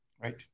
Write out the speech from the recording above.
Right